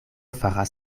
faras